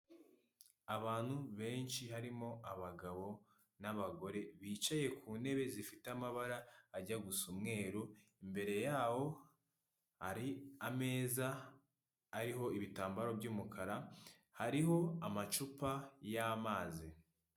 Abantu benshi harimo abagabo n'abagore bicaye ku ntebe zifite amabara ajya gusa umweru, imbere yaho hari ameza ariho ibitambaro by'umukara hariho amacupa y'amazi.